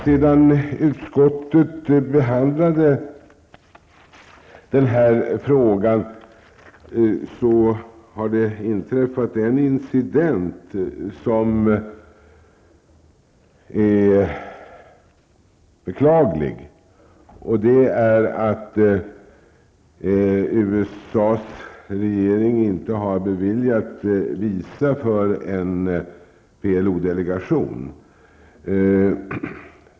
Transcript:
Sedan utskottet behandlade frågan har det inträffat en incident som är beklaglig: USAs regering har inte beviljat visa för en PLO-delegation.